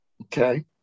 okay